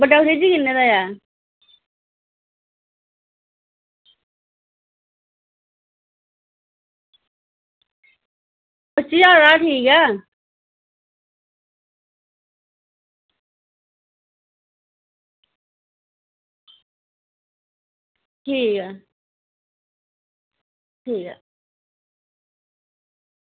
बड्डा फ्रिज्ज किन्नें दा ऐ पच्ची ज्हार आह्ला ठीक ऐ ठीक ऐ ठीक ऐ